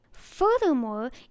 Furthermore